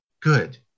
good